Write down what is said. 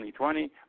2020